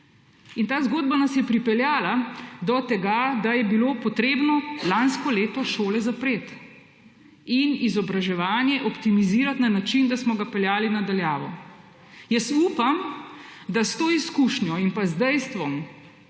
ni. Ta zgodba nas je pripeljala do tega, da je bilo potrebno lansko leto šole zapreti in izobraževanje optimizirati na način, da smo ga peljali na daljavo. Jaz upam, da s to izkušnjo in pa z dejstvom